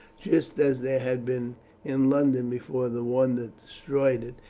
just as there had been in london before the one that destroyed it,